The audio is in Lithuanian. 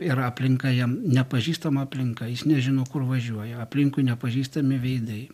yra aplinka jam nepažįstama aplinka jis nežino kur važiuoja aplinkui nepažįstami veidai